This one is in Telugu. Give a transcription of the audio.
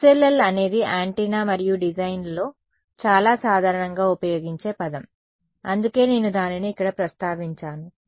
SLL అనేది యాంటెన్నా మరియు డిజైన్లో చాలా సాధారణంగా ఉపయోగించే పదం అందుకే నేను దానిని ఇక్కడ ప్రస్తావించాను